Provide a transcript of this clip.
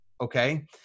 okay